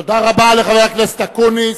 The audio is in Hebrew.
תודה רבה לחבר הכנסת אקוניס.